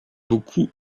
beaucoup